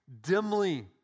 dimly